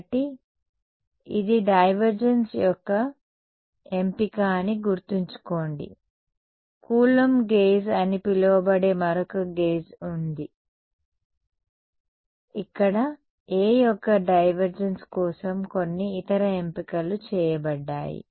కాబట్టి ఇది డైవర్జెన్స్ యొక్క ఎంపిక అని గుర్తుంచుకోండి కూలంబ్ గేజ్ అని పిలువబడే మరొక గేజ్ ఉంది ఇక్కడ A యొక్క డైవర్జెన్స్ కోసం కొన్ని ఇతర ఎంపికలు చేయబడ్డాయి